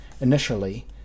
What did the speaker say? Initially